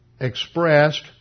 expressed